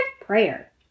prayer